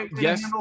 Yes